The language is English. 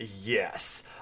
Yes